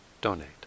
donate